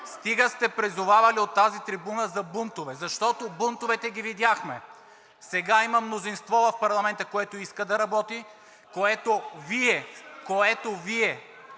Стига сте призовавали от тази трибуна за бунтове, защото бунтовете ги видяхме. Сега има мнозинство в парламента, което иска да работи (реплики от